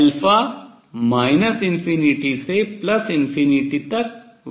∞ से ∞ तक vary भिन्न होता है